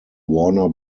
warner